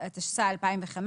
התשס"ה-2005,